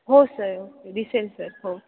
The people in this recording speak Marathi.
हो सर ओके दिसेल सर हो